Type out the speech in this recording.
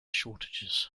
shortages